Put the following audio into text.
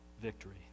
victory